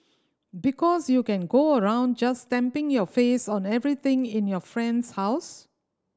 because you can go around just stamping your face on everything in your friend's house